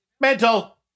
Mental